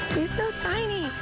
he's so tiny.